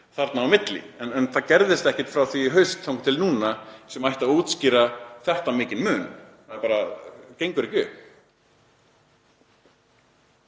þarna á milli, en það gerðist ekkert frá því í haust og þangað til núna sem getur útskýrt þetta mikinn mun. Þetta bara gengur ekki